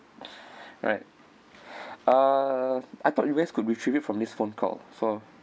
right uh I thought you guys could retrieve it from this phone call so